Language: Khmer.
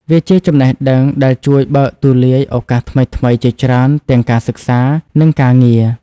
វាជាចំណេះដឹងដែលជួយបើកទូលាយឱកាសថ្មីៗជាច្រើនទាំងការសិក្សា និងការងារ។